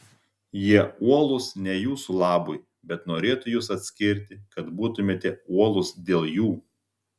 jie uolūs ne jūsų labui bet norėtų jus atskirti kad būtumėte uolūs dėl jų